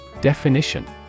Definition